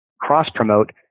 cross-promote